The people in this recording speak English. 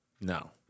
No